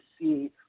see